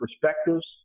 perspectives